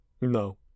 no